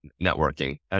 networking